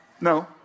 No